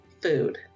food